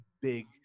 big